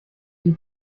wie